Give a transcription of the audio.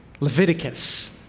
Leviticus